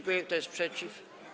Kto jest przeciw?